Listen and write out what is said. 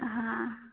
हां